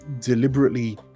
deliberately